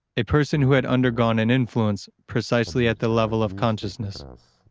a person who had undergone an influence precisely at the level of consciousness,